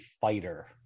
fighter